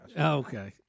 Okay